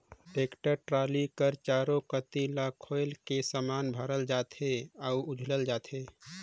tractor trolley कर चाएरो कती ल खोएल के समान भरल जाथे अउ उझलल जाथे